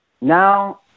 now